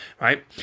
right